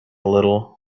little